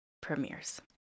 premieres